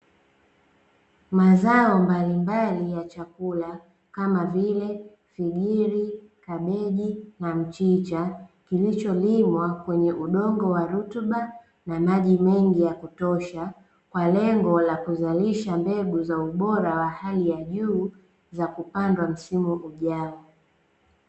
Mazao mbalimbali ya chakula, kama vile figiri, kabeji na mchicha. Kilicholimwa kwenye udongo wa rutuba, na maji mengi ya kutosha kwa lengo la kuzalisha mbegu za ubora wa hali ya juu, za kupandwa msimu ujao.